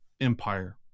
Empire